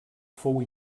fou